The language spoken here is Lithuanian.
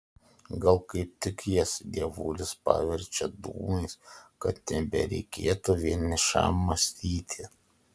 gal kaip tik jas dievulis paverčia dūmais kad nebereikėtų vienišam mąstyti